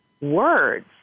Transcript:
words